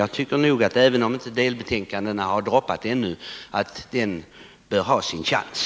Även om det inte har droppat några delbetänkanden från utredningen, tycker jag att den bör ges en chans.